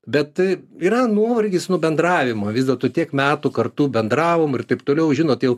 bet yra nuovargis nuo bendravimo vis dėlto tiek metų kartu bendravom ir taip toliau žinot ir